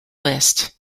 list